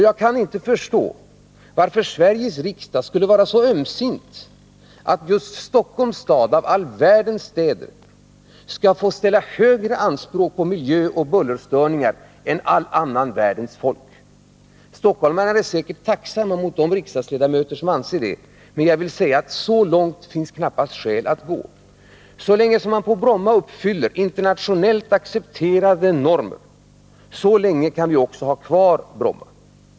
Jag kan inte förstå varför Sveriges riksdag skulle vara så ömsint att den skulle anse att just invånarna i Stockholms stad bland all världens städer skall få ställa högre anspråk på miljö och på graden av bullerstörningar än alla andra världens folk. Stockholmarna är säkert tacksamma mot de riksdagsledamöter som anser det, men jag vill säga att så långt finns det knappast skäl att gå. Så länge som Bromma uppfyller internationellt accepterade normer, så länge kan vi också ha kvar Bromma flygplats.